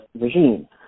regime